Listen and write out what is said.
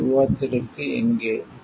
இது விவாதத்திற்கு எங்கே